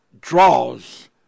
draws